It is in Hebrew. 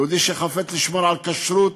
יהודי שחפץ לשמור על כשרות